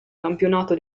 campionato